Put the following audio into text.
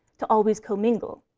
to always comingle.